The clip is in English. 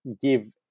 give